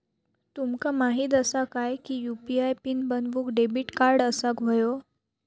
तुमका माहित असा काय की यू.पी.आय पीन बनवूक डेबिट कार्ड असाक व्हयो